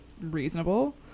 reasonable